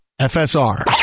FSR